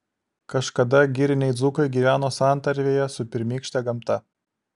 kažkada giriniai dzūkai gyveno santarvėje su pirmykšte gamta